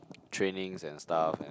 trainings and stuff and